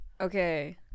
Okay